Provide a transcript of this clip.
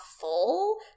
full